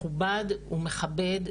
מכובד ומכבד,